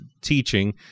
teaching